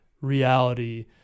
reality